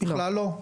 בכלל לא.